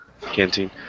Canteen